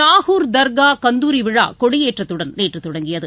நாகூர் தர்கா கந்தூரி விழா கொடியேற்றத்துடன் நேற்று தொடங்கியது